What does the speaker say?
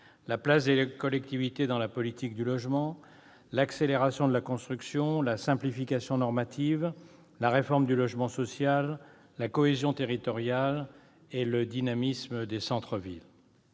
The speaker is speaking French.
la place des collectivités dans la politique du logement, l'accélération de la construction, la simplification normative, la réforme du logement social, la cohésion territoriale et le dynamisme des centres-villes.